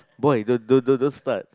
boy don't don't don't start